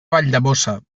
valldemossa